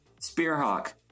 Spearhawk